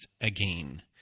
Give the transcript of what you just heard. again